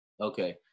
Okay